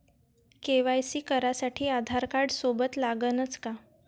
KYC करासाठी आधारकार्ड सोबत लागनच का?